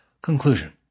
Conclusion